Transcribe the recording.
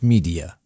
Media